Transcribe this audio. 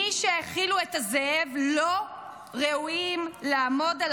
מי שהאכילו את הזאב לא ראויים לעמוד על